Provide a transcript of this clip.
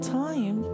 time